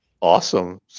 Awesome